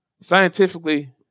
Scientifically